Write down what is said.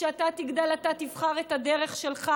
וכשאתה תגדל אתה תבחר את הדרך שלך,